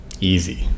Easy